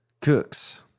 Cooks